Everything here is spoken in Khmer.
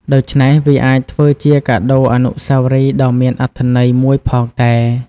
ដូច្នេះវាអាចធ្វើជា កាដូអនុស្សាវរីយ៍ ដ៏មានអត្ថន័យមួយផងដែរ។